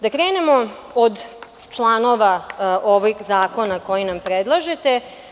Da krenemo od članova ovih zakona koje nam predlažete.